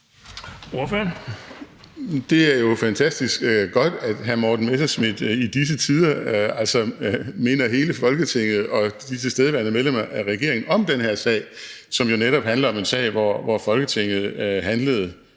Det er jo fantastisk godt, at hr. Morten Messerschmidt i disse tider minder hele Folketinget og de tilstedeværende medlemmer af regeringen om den her sag, som jo netop handler om en sag, hvor Folketinget –